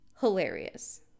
hilarious